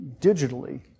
digitally